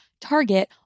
Target